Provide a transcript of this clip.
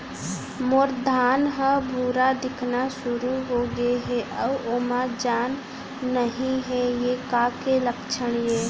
मोर धान ह भूरा दिखना शुरू होगे हे अऊ ओमा जान नही हे ये का के लक्षण ये?